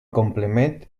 complement